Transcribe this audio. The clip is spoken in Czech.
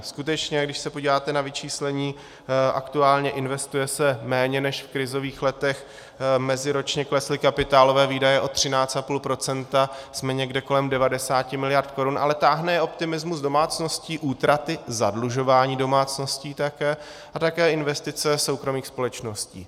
Skutečně když se podíváte na vyčíslení, aktuálně se investuje méně než v krizových letech, meziročně klesly kapitálové výdaje o 13,5 %, jsme někde kolem 90 mld. korun, ale táhne je optimismus domácností, útraty, zadlužování domácností také a také investice soukromých společností.